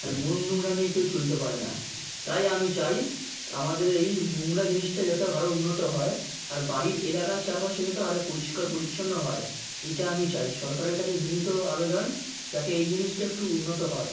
আর মন নোংরা নিয়ে কেউ চলতে পারে না তাই আমি চাই আমাদের এই নোংরা জিনিসটা যাতে আরও উন্নত হয় আর বাড়ির এলাকার চারপাশে যাতে আরও পরিষ্কার পরিচ্ছন্ন হয় এইটা আমি চাই সরকারের কাছে বিনীত আবেদন যাতে এই জিনিসটা একটু উন্নত হয়